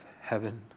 heaven